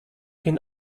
den